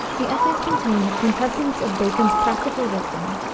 the essays contain the quintessence of bacon's practical wisdom,